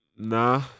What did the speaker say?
Nah